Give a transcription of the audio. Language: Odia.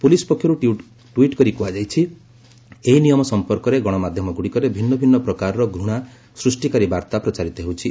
ପୁଲିସ୍ ପକ୍ଷରୁ ଟ୍ୱିଟ୍ କରି କୁହାଯାଇଛି ଏହି ନିୟମ ସଂପର୍କରେ ଗଣମାଧ୍ୟମଗୁଡ଼ିକରେ ଭିନ୍ନ ଭିନ୍ନ ପ୍ରକାରର ଘୂଶା ସୃଷ୍ଟିକାରୀ ବାର୍ତ୍ତା ପ୍ରଚାରିତ ହେଉଛି